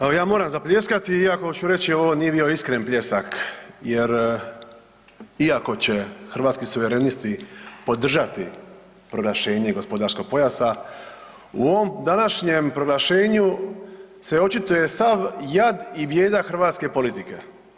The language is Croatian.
Evo ja moram zapljeskati iako ću reći ovo nije bio iskren pljesak jer iako će Hrvatski suverenisti podržati proglašenje gospodarskog pojasa u ovom današnjem proglašenju se očituje sav jad i bijeda hrvatske politike.